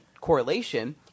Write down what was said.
correlation